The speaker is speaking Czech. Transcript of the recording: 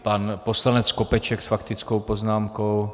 Pan poslanec Skopeček s faktickou poznámkou.